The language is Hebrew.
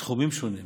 בתחומים שונים